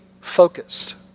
focused